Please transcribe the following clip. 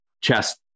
chest